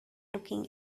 looking